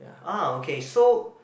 ah okay so